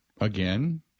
again